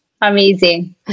Amazing